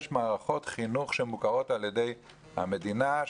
יש מערכות חינוך שמוכרות על ידי המדינה.